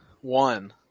One